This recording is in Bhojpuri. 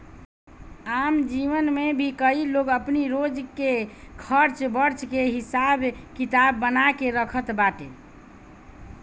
आम जीवन में भी कई लोग अपनी रोज के खर्च वर्च के हिसाब किताब बना के रखत बाटे